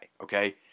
okay